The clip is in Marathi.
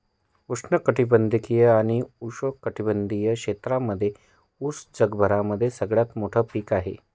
उष्ण कटिबंधीय आणि उपोष्ण कटिबंधीय क्षेत्रांमध्ये उस जगभरामध्ये सगळ्यात मोठे पीक आहे